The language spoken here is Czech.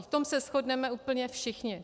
V tom se shodneme úplně všichni.